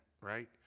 Right